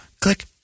Click